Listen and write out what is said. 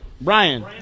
Brian